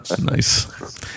Nice